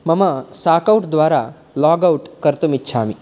मम साकौट् द्वारा लागौट् कर्तुमिच्छामि